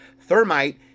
Thermite